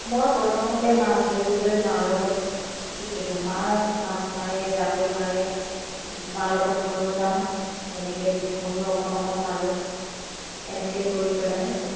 মই প্ৰথমতে মাছ ধৰিবলৈ মাৰ লগত শি শিকিলোঁ মায়ে মাছ মাৰে জাকৈ মাৰে মাৰ লগত ময়ো যাওঁ তেনেকৈ ময়ো অকণ অকণ মাৰোঁ তেনেকৈ কৰি পেলাই